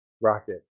Rocket